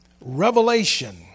Revelation